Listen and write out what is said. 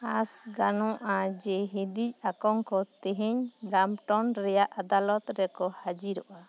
ᱟᱥ ᱜᱟᱱᱚᱜᱼᱟ ᱡᱮ ᱦᱤᱫᱤᱡ ᱟᱠᱚᱝᱠᱚ ᱛᱮᱦᱮᱸᱧ ᱵᱨᱟᱢᱯᱴᱚᱱ ᱨᱮᱭᱟᱜ ᱟᱫᱟᱞᱚᱛ ᱨᱮᱠᱚ ᱦᱟᱡᱤᱨᱚᱜᱼᱟ